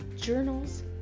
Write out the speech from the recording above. journals